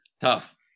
Tough